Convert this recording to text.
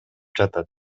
жатат